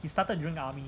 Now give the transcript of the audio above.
he started during the army